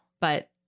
but-